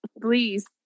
please